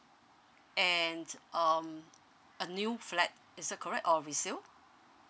and um a new flat is that correct or resale